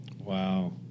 Wow